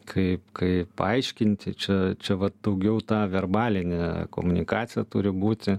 kaip kaip paaiškinti čia čia vat daugiau ta verbalinė komunikacija turi būti